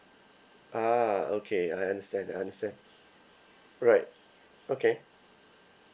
ah okay I understand I understand right okay